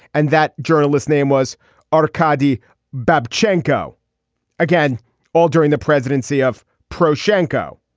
and that journalist name was arkady babb janko again all during the presidency of pro sancho.